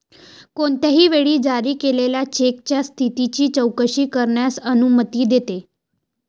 कोणत्याही वेळी जारी केलेल्या चेकच्या स्थितीची चौकशी करण्यास अनुमती देते